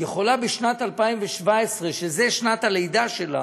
יכולה בשנת 2017, שזו שנת הלידה שלה,